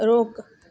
रोक